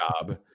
job